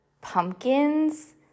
pumpkins